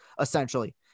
essentially